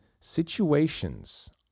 situations